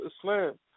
Islam